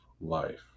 life